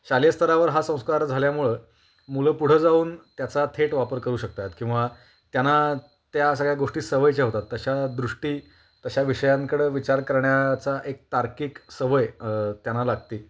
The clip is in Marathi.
शालेय स्तरावर हा संस्कार झाल्यामुळं मुलं पुढं जाऊन त्याचा थेट वापर करू शकतात किंवा त्यांना त्या सगळ्या गोष्टी सवयीच्या होतात तशा दृष्टी तशा विषयांकडं विचार करण्याचा एक तार्किक सवय त्यांना लागते